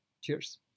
Cheers